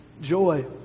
joy